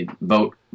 vote